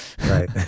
Right